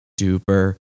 duper